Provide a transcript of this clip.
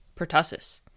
pertussis